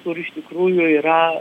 kur iš tikrųjų yra